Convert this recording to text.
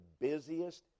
busiest